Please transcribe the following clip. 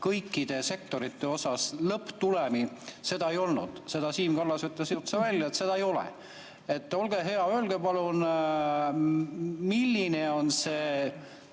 kõikide sektorite kohta lõpptulemi, ei olnud. Siim Kallas ütles otse välja, et seda ei ole. Olge hea, öelge palun, milline on see